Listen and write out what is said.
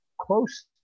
close